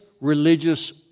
religious